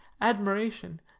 admiration